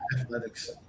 athletics